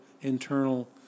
internal